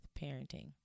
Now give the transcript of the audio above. parenting